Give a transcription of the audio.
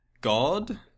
god